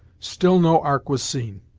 still no ark was seen.